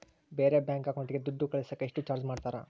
ಬೇರೆ ಬ್ಯಾಂಕ್ ಅಕೌಂಟಿಗೆ ದುಡ್ಡು ಕಳಸಾಕ ಎಷ್ಟು ಚಾರ್ಜ್ ಮಾಡತಾರ?